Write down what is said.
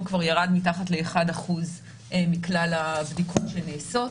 כבר ירד מתחת ל-1% מכלל הבדיקות שנעשות.